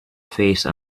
face